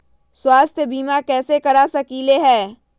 स्वाथ्य बीमा कैसे करा सकीले है?